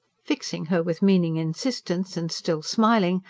fixing her with meaning insistence and still smiling,